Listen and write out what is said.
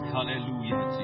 Hallelujah